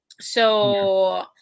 So-